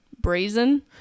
brazen